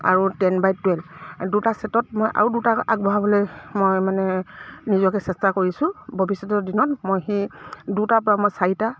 আৰু ten by twelve দুটা ছেটত মই আৰু দুটা আগবঢ়াবলৈ মই মানে নিজকে চেষ্টা কৰিছোঁ ভৱিষ্যতৰ দিনত মই সেই দুটা পৰা মই চাৰিটা